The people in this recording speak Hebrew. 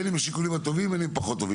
בין אם שיקולים טובים ובין אם פחות טובים.